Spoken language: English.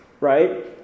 Right